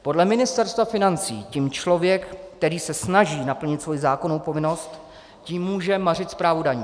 Podle Ministerstva financí tím člověk, který se snaží naplnit svou zákonnou povinnost, může mařit správu daní.